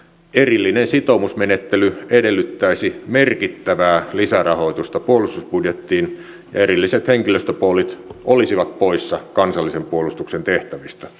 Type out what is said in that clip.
erillinen sitoumusmenettely edellyttäisi merkittävää lisärahoitusta puolustusbudjettiin ja erilliset henkilöstöpoolit olisivat poissa kansallisen puolustuksen tehtävistä